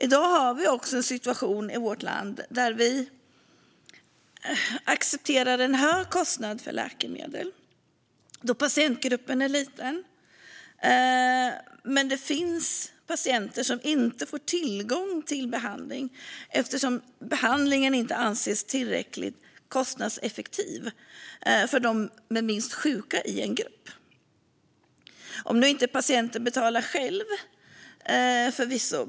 I dag har vi en situation i vårt land där vi accepterar en hög kostnad för läkemedel då patientgruppen är liten. Men det finns patienter som inte får tillgång till behandling eftersom behandlingen inte anses tillräckligt kostnadseffektiv för de minst sjuka i en grupp. Det gäller förvisso om nu inte patienten betalar själv.